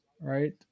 right